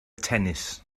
tennis